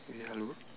eh hello